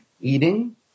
eating